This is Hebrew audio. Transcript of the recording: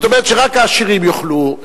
זאת אומרת שרק העשירים יוכלו לערער.